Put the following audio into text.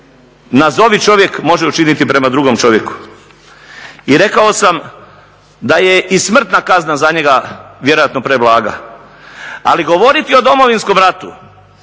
nazovi-čovjek može učiniti prema drugom čovjeku i rekao sam da je i smrtna kazna za njega vjerojatno preblaga. Ali govoriti o Domovinskog ratu